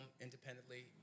independently